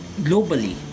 globally